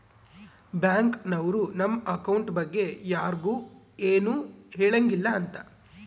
bank ನವ್ರು ನಮ್ account ಬಗ್ಗೆ ಯರ್ಗು ಎನು ಹೆಳಂಗಿಲ್ಲ ಅಂತ